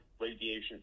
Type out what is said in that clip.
radiation